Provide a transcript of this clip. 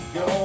go